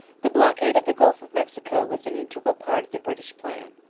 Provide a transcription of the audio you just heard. the blockade of the gulf of mexico was an integral part of the british plan.